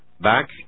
back